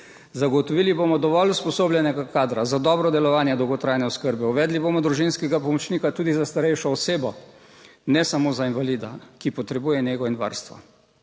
Zagotovili bomo dovolj usposobljenega kadra za dobro delovanje dolgotrajne oskrbe, uvedli bomo družinskega pomočnika tudi za starejšo osebo. Ne samo za invalida, ki potrebuje nego in varstvo,